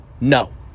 No